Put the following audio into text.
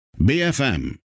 bfm